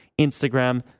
Instagram